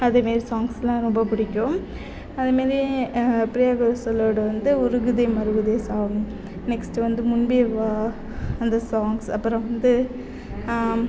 அது மாரி சாங்க்ஸ்யெலாம் ரொம்ப பிடிக்கும் அது மாரியே பிரியா கோஷலோட வந்து உருகுதே மருகுதே சாங்க் நெக்ஸ்ட்டு வந்து முன்பே வா அந்த சாங்ஸ் அப்புறம் வந்து